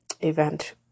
event